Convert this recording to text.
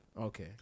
Okay